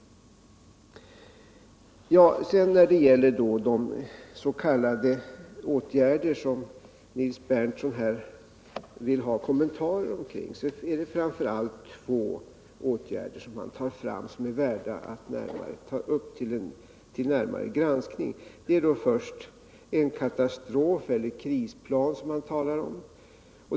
Beträffande de åtgärder som Nils Berndtson vill ha kommentarer till är det framför allt två som han tar fram och som är värda att närmare granska. Man talar i första hand om en katastrofeller krisplan.